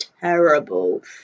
terrible